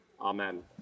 Amen